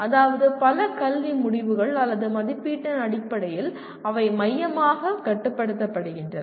அதாவது பல கல்வி முடிவுகள் அல்லது மதிப்பீட்டின் அடிப்படையில் அவை மையமாகக் கட்டுப்படுத்தப்படுகின்றன